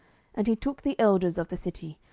and he took the elders of the city,